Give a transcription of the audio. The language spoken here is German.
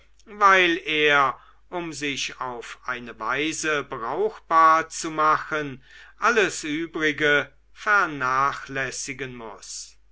weil er um sich auf eine weise brauchbar zu machen alles übrige vernachlässigen muß